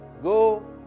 go